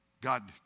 God